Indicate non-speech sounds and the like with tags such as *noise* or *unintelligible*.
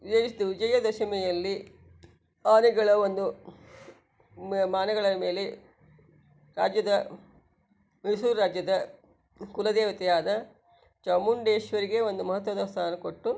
*unintelligible* ವಿಜಯದಶಮಿಯಲ್ಲಿ ಆನೆಗಳ ಒಂದು ಮ ಮೇನೆಗಳ ಮೇಲೆ ರಾಜ್ಯದ ಮೈಸೂರು ರಾಜ್ಯದ ಕುಲದೇವತೆ ಆದ ಚಾಮುಂಡೇಶ್ವರಿಗೆ ಒಂದು ಮಹತ್ವದ ಸ್ಥಾನ ಕೊಟ್ಟು